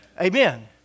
Amen